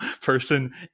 person